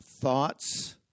thoughts